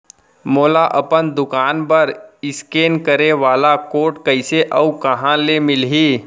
मोला अपन दुकान बर इसकेन करे वाले कोड कइसे अऊ कहाँ ले मिलही?